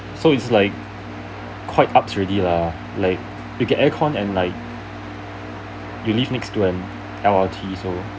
so it's like quite up already lah like you get aircon and like you live next to an L_R_T so